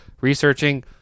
researching